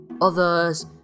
others